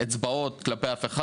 אצבעות כלפי מישהו.